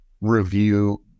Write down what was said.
review